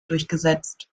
durchgesetzt